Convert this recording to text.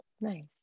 Nice